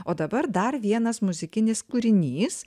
o dabar dar vienas muzikinis kūrinys